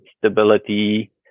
stability